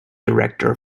director